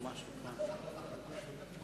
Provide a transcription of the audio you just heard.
ביוני 2009 למניינם.